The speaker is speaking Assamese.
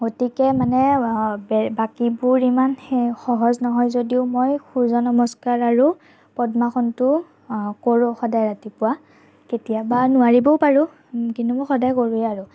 গতিকে মানে বাকী বাকীবোৰ ইমান সহজ নহয় যদিও মই সূৰ্য নমস্কাৰ আৰু পদ্মাসনটো কৰোঁ সদায় ৰাতিপুৱা কেতিয়াবা নোৱাৰিব পাৰোঁ কিন্তু সদায় কৰোঁৱে আৰু